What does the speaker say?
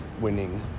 winning